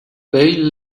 bai